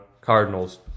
Cardinals